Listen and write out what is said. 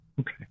Okay